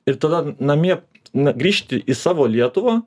ir tada namie na grįžti į savo lietuvą